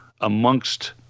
amongst